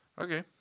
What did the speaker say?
okay